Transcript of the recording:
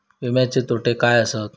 विमाचे तोटे काय आसत?